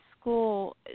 school